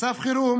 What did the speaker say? מצב חירום